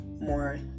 more